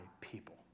people